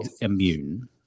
immune